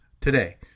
today